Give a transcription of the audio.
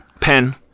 pen